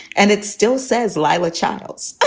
and it still says leila channels.